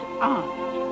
aunt